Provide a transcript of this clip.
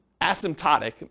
asymptotic